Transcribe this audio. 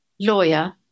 lawyer